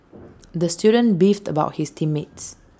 the student beefed about his team mates